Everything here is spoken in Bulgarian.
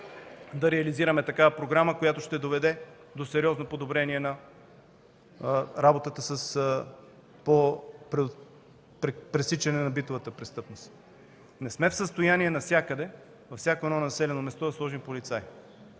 да реализираме такава програма, която ще доведе до сериозно подобрение на работата по пресичане на битовата престъпност. Не сме в състояние навсякъде, във всяко населено място да сложим полицаи.